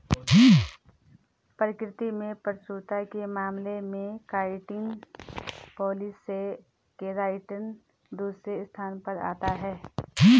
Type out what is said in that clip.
प्रकृति में प्रचुरता के मामले में काइटिन पॉलीसेकेराइड दूसरे स्थान पर आता है